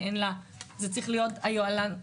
זה צריך להיות היוהל"ם